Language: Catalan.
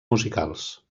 musicals